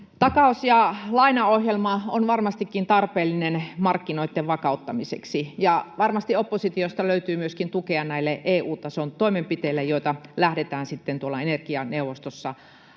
Takaus- ja lainaohjelma on varmastikin tarpeellinen markkinoitten vakauttamiseksi, ja varmasti oppositiosta löytyy myöskin tukea näille EU-tason toimenpiteille, joita lähdetään sitten tuolla energianeuvostossa